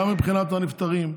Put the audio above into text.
גם מבחינת הנפטרים.